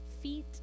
Feet